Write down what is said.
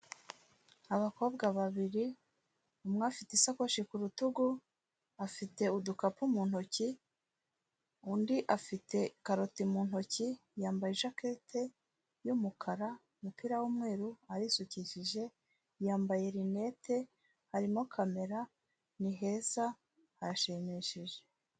Abakobwa babiri, umwe afite isakoshi ku rutugu, afite udukapu mu ntoki, undi afite karoti mu ntoki, yambaye ijakete y'umukara, umupira w'umweru, arisukikije, yambaye linete, harimo kamera, ni heza, harashimishije.